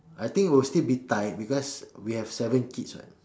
I think will still be tight because we have seven kids [what]